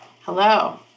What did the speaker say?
Hello